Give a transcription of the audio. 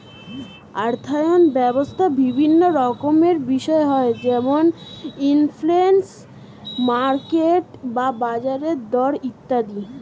অর্থায়ন ব্যবস্থায় বিভিন্ন রকমের বিষয় হয় যেমন ইনফ্লেশন, মার্কেট বা বাজারের দর ইত্যাদি